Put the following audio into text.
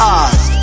eyes